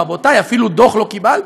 רבותיי, אפילו דוח לא קיבלתי.